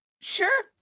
sure